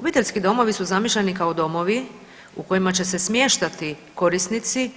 Obiteljski domovi su zamišljeni kao domovi u kojima će se smještati korisnici,